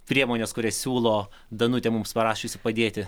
priemonės kurias siūlo danutė mums parašiusi padėti